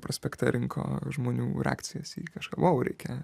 prospektą rinko žmonių reakcijas į kažką vau reikia